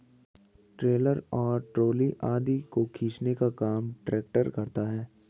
trailer और trolley आदि को खींचने का काम ट्रेक्टर करता है